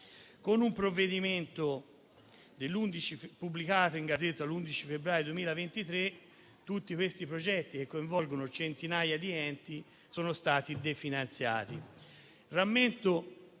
Con un provvedimento pubblicato in *Gazzetta Ufficiale* l'11 febbraio 2023 tutti questi progetti, che coinvolgono centinaia di enti, sono stati definanziati.